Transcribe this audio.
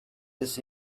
this